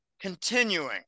continuing